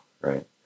right